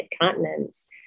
continents